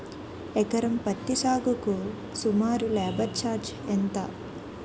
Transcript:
ఎకరం పత్తి సాగుకు సుమారు లేబర్ ఛార్జ్ ఎంత?